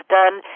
done